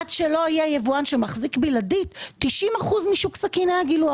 עד שלא יבואן שמחזיק בלעדית 90% משוק סכיני הגילוח.